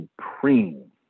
supreme